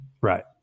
Right